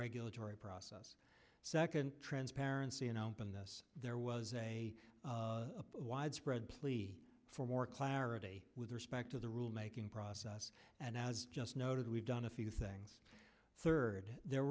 regulatory process second transparency and openness there was a widespread plea for more clarity with respect to the rule making process and as just noted we've done a few things third there